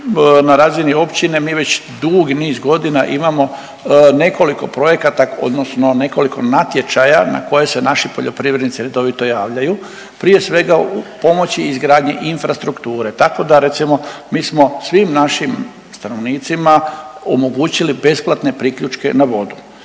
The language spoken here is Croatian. na razini općine mi već dugi niz godina imamo nekoliko projekata, odnosno nekoliko natječaja na koje se naši poljoprivrednici redovito javljaju prije svega u pomoći i izgradnji infrastrukture, tako da recimo mi smo svim našim stanovnicima omogućili besplatne priključke na vodu.